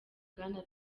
bwana